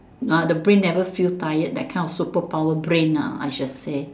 ah the brain never feel tired that kind of superpower brain ah I should say